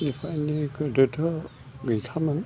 एफा एनै गोदोथ' गैखामोन